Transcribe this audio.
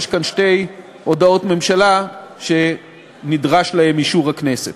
יש כאן שתי הודעות ממשלה שנדרש להן אישור הכנסת.